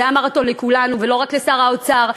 זה היה מרתון לכולנו ולא רק לשר האוצר.